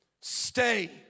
stay